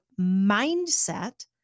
mindset